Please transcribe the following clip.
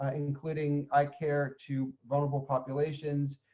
ah including eye care to vulnerable populations,